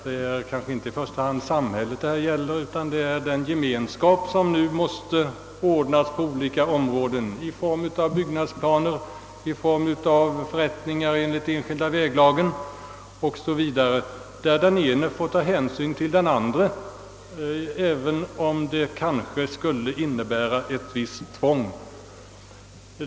Det är kanske inte i första hand samhället som utövar tvång utan den gemenskap som nu på olika sätt skapas i form av byggnadsplaner, förrättningar enligt enskilda väglagen o.s.v. Där får alltså den ene ta hänsyn till den andre, även om detta skulle innebära ett visst tvång.